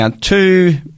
two